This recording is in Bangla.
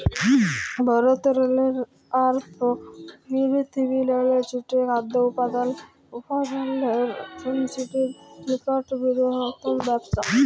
ভারতেরলে আর পিরথিবিরলে জ্যুড়ে খাদ্য উৎপাদলের ইন্ডাসটিরি ইকট বিরহত্তম ব্যবসা